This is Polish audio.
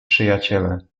przyjaciele